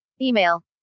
Email